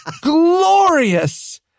glorious